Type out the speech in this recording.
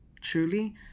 truly